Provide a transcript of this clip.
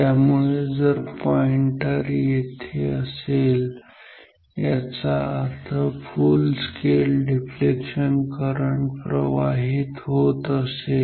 त्यामुळे जर पॉईंटर येथे असेल याचा अर्थ फुल स्केल डिफ्लेक्शन करंट प्रवाहित होत असेल